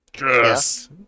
Yes